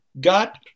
got